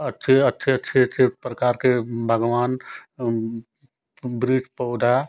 अच्छे अच्छे अच्छे प्रकार के भगवान वृक्ष पौधा